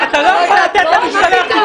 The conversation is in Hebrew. ואם אני עולת מחמד,